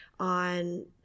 On